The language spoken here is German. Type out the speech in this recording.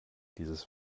dieses